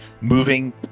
moving